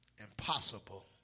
impossible